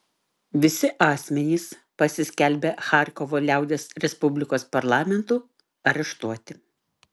visi asmenys pasiskelbę charkovo liaudies respublikos parlamentu areštuoti